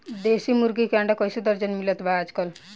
देशी मुर्गी के अंडा कइसे दर्जन मिलत बा आज कल?